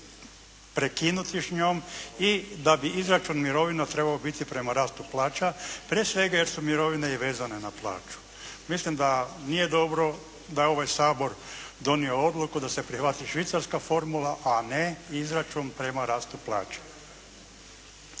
prekinuti s njom i da bi izračun mirovina trebao biti prema rastu plaća prije svega jer su mirovine i vezane na plaću. Mislim da nije dobro da je ovaj Sabor donio odluku da se prihvati švicarska formula, a ne izračun prema rastu plaća.